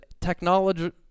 technology